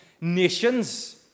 nations